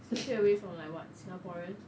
so stay away from like what singaporeans